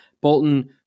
Bolton